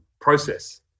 process